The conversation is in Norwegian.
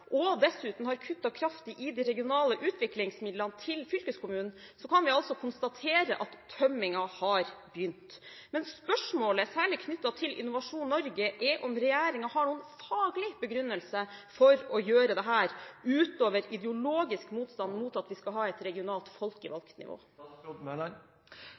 og dessuten har kuttet kraftig i de regionale utviklingsmidlene til fylkeskommunen, kan vi konstatere at tømmingen har begynt. Men spørsmålet, særlig knyttet til Innovasjon Norge, er om regjeringen har noen faglig begrunnelse for å gjøre dette, utover ideologisk motstand mot at vi skal ha et regionalt